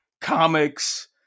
comics